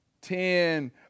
Ten